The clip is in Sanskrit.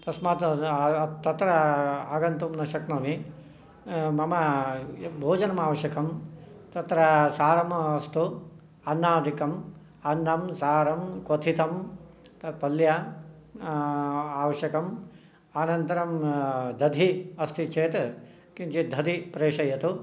तस्मात् तत्र आगन्तुं न शक्नोमि मम भोजनम् आवश्यकं तत्र सारम् अस्तु अन्नादिकम् अन्नं सारं क्वथितं पल्या आवश्यकम् अनन्तरं दधि अस्ति चेत् किञ्चित् दधि प्रेषयतु